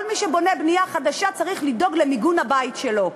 כל מי שבונה בנייה חדשה צריך לדאוג למיגון הבית שלו.